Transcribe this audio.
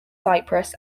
cypress